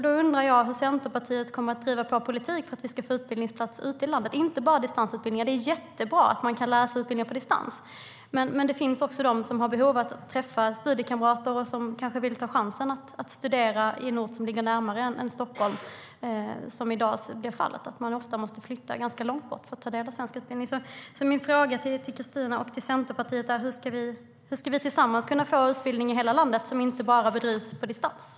Då undrar jag hur Centerpartiet kommer att driva en bra politik så att vi får utbildningsplatser ute i landet, och inte bara distansutbildningar. Det är jättebra att man kan läsa utbildningar på distans, men det finns också de som har behov av att träffa studiekamrater och som kanske vill ta chansen att studera på någon ort som ligger närmare än i Stockholm. I dag måste man ofta flytta ganska långt bort för att kunna ta del av svensk utbildning.